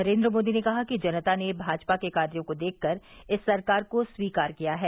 नरेन्द्र मोदी ने कहा कि जनता ने भाजपा के कार्यों को देखकर इस सरकार को स्वीकार किया है